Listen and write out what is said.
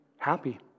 happy